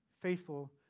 faithful